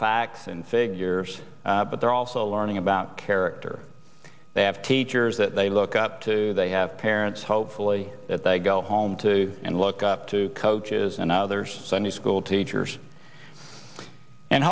facts and figures but they're also learning about character they have teachers that they look up to they have parents hopefully that they go home to and look up to coaches and others sunday school teachers and